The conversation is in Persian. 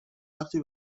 وقتی